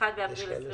(1 באפריל 2020)